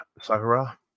Sakura